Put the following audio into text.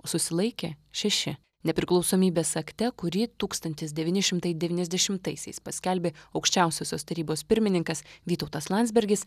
susilaikė šeši nepriklausomybės akte kurį tūkstantis devyni šimtai devyniasdešimtaisiais paskelbė aukščiausiosios tarybos pirmininkas vytautas landsbergis